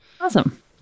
Awesome